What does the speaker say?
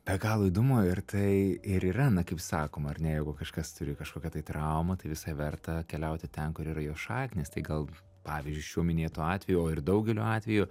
be galo įdomu ir tai ir yra na kaip sakoma ar ne jeigu kažkas turi kažkokią tai traumą tai visai verta keliauti ten kur yra jo šaknys tai gal pavyzdžiui šiuo minėtu atveju o ir daugeliu atvejų